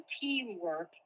teamwork